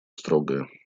строгое